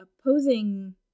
opposing